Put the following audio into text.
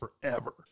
forever